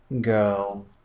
girl